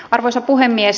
arvoisa puhemies